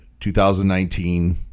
2019